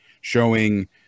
showing